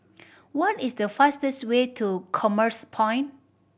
what is the fastest way to Commerce Point